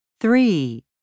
three